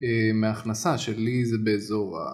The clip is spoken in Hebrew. מהכנסה שלי זה באזור ה...